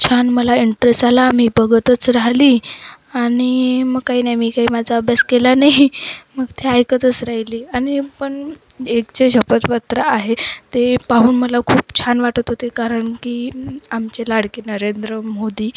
छान मला इंटरेस आला मी बघतच राहिले आणि मग काही नाही मी काही माझा अभ्यास केला नाही मग ते ऐकतच राहिले आणि पण एक जे शपथपत्र आहे ते पाहून मला खूप छान वाटत होते कारण की आमचे लाडके नरेंद्र मोदी